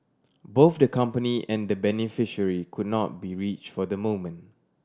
both the company and the beneficiary could not be reached for the moment